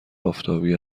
آفتابی